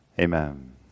Amen